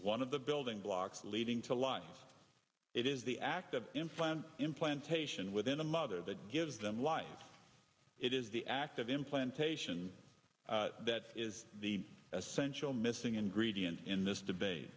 one of the building blocks leading to lives it is the act of implant implantation within the mother that gives them life it is the act of implantation that is the essential missing ingredient in this debate